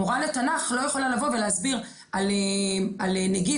מורה לתנ"ך לא יכולה לבוא ולהסביר על נגיף